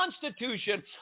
Constitution